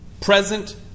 present